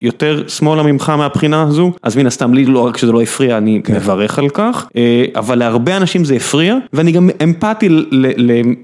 יותר שמאלה ממך מהבחינה הזו אז מן הסתם לי לא רק שזה לא הפריע אני מברך על כך אבל להרבה אנשים זה הפריע ואני גם אמפתי.